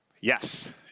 Yes